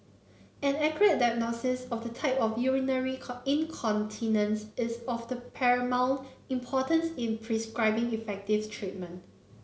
an accurate diagnosis of the type of urinary incontinence is of the paramount importance in prescribing effective treatment